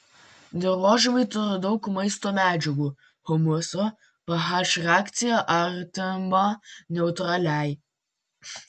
dirvožemiai turi daug maisto medžiagų humuso ph reakcija artima neutraliai